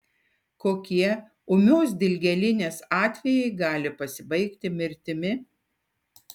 kokie ūmios dilgėlinės atvejai gali pasibaigti mirtimi